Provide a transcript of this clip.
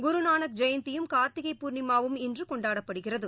குருநானக் ஜெயந்தியும் கார்த்திகை பூர்ணிமாவும் இன்றுகொண்டாடப்படுகிறது